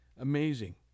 Amazing